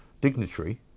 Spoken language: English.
dignitary